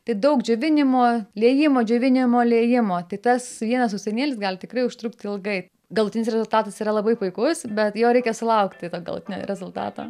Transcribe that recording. tai daug džiovinimo liejimo džiovinimo liejimo tai tas vienas sausainėlis gali tikrai užtrukti ilgai galutinis rezultatas yra labai puikus bet jo reikia sulaukti galutinio rezultato